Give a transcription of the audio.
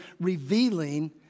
revealing